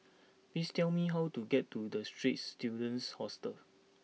please tell me how to get to the Straits Students Hostel